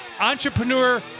Entrepreneur